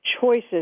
choices